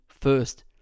first